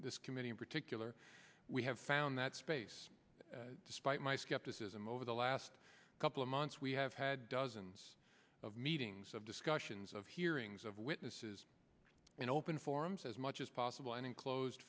this committee in particular we have found that space despite my skepticism over the last couple of months we have had dozens of meetings of discuss of hearings of witnesses in open forums as much as possible and in closed